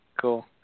cool